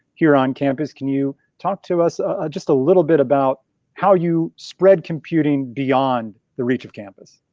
here on campus. can you talk to us just a little bit about how you spread computing beyond the reach of campus?